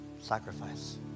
Sacrifice